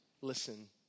listen